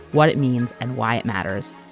what it means and why it matters.